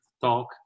talk